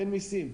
אין מיסים,